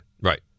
Right